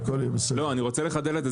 לא אני רוצה לחדד את זה,